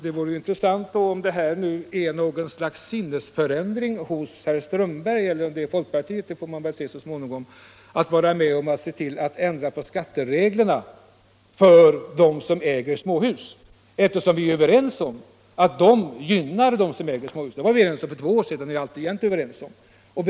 Det vore intressant att höra om det nu har inträffat något slags sinnesförändring hos herr Strömberg i Botkyrka — eller kanske det är i folkpartiet; det får vi väl se så småningom — som gör att han nu vill vara med om att ändra på skattereglerna för dem som äger småhus. Vi är ju överens om att de nuvarande reglerna gynnar småhusägarna. Det var vi överens om för två år sedan, och det är vi alltjämt överens om.